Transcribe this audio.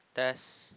test